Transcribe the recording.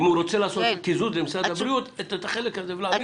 אם הוא רוצה לעשות קיזוז עם משרד הבריאות את החלק הזה ולהעביר אליכם.